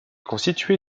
constituée